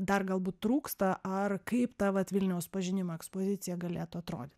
dar galbūt trūksta ar kaip tą vat vilniaus pažinimo ekspozicija galėtų atrodyt